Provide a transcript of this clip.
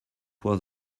was